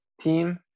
team